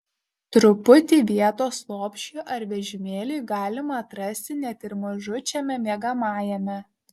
truputį vietos lopšiui ar vežimėliui galima atrasti net ir mažučiame miegamajame